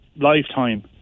lifetime